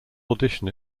audition